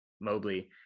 Mobley